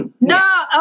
No